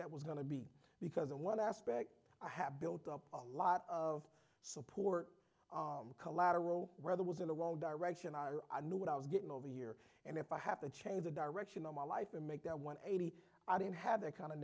step was going to be because in one aspect i have built up a lot of support collateral rather was in the wrong direction i knew what i was getting over a year and if i have to change the direction of my life and make that one eighty i don't have that kind of